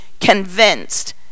convinced